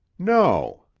no.